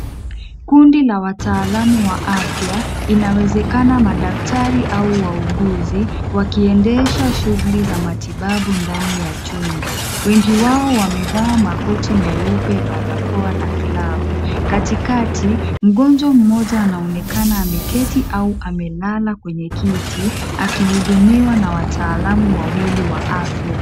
Kundi la wataalamu wa afya, inawezekana madaktari au wauguzi, wakiendesha shughuli za matibabu ndani ya chumba. Wengi wao wamevaa makoti meupe, barakoa na glavu. Katikati, mgonjwa mmoja anaonekana ameketi au amelala kwenye kiti, akihudumiwa na wataalamu wawili wa afya.